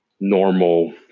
normal